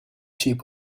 sheep